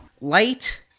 light